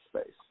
space